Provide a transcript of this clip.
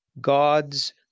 God's